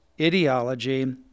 ideology